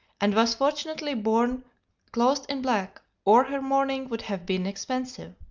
and was fortunately born clothed in black or her mourning would have been expensive,